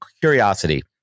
curiosity